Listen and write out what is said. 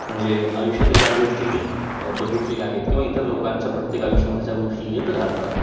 म्हणजे आयुष्यातल्या ज्या गोष्टी मी बघितलेल्या आहेत किंवा इतर लोकांच्या प्रत्येक आयुष्यामध्ये ज्या गोष्टी येत राहतात